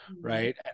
right